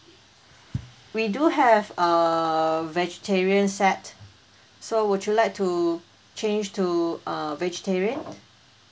we do have uh vegetarian set so would you like to change to uh vegetarian